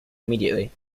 immediately